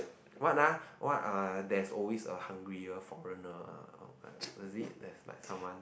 what ah what uh there's always a hungrier foreigner ah there it like like someone